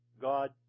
God